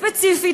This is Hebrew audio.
ספציפית,